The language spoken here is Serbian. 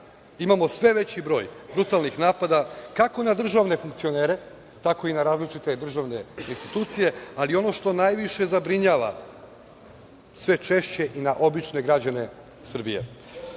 imamo sve veći broj brutalnih napada kako na državne funkcionere, tako i na različite državne institucije, ali i ono što najviše zabrinjava, sve češće i na obične građane